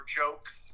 jokes